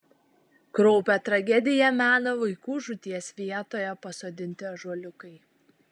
kraupią tragediją mena vaikų žūties vietoje pasodinti ąžuoliukai